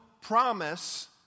promise